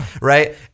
Right